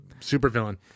supervillain